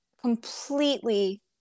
completely